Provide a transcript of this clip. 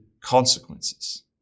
consequences